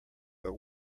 but